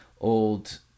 old